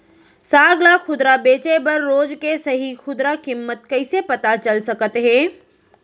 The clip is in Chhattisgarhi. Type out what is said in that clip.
साग ला खुदरा बेचे बर रोज के सही खुदरा किम्मत कइसे पता चल सकत हे?